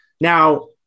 Now